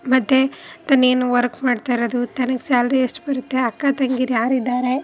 ಮತ್ತು ತನ್ನ ಏನು ವರ್ಕ್ ಮಾಡ್ತಾಯಿರೋದು ತನಗೆ ಸ್ಯಾಲ್ರಿ ಎಷ್ಟು ಬರುತ್ತೆ ಅಕ್ಕ ತಂಗೀರು ಯಾರಿದ್ದಾರೆ